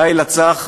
/ לילה צח.